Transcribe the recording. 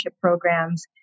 programs